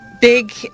big